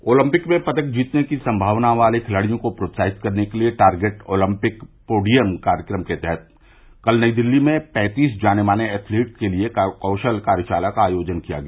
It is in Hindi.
ओलिम्पिक में पदक जीतने की संमावना वाले खिलाडियों को प्रोत्साहित करने के लिए टारगेट ओलम्पिक पोडियम कार्यक्रम के तहत कल नई दिल्ली में पैंतीस जाने माने एथलिट के लिए कौशल कार्यशाला का आयोजन किया गया